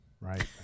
right